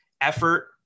effort